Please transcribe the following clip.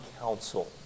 counsel